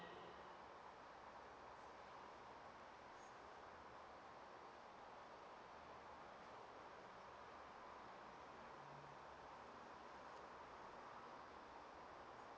oh